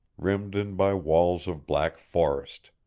rimmed in by walls of black forest.